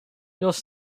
yours